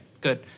good